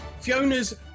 Fiona's